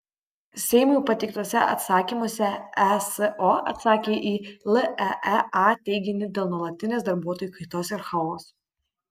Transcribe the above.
seimui pateiktuose atsakymuose eso atsakė į leea teiginį dėl nuolatinės darbuotojų kaitos ir chaoso